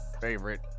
favorite